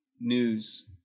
news